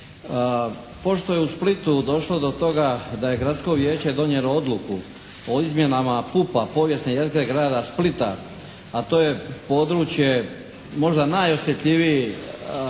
Pošto je u Splitu došlo do toga da je gradsko vijeće donijelo odluku o izmjenama PUP-a, povijesne jezgre grada Splita, a to je područje možda najosjetljiviji,